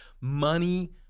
money